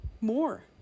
more